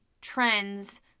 trends